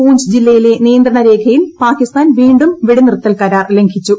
പൂഞ്ച് ജില്ലയിലെ നിയന്ത്രണ രേഖയിൽ പാകിസ്ഥാൻ വീണ്ടും വെടിനിർത്തൽ കരാർ ലംഘിച്ചു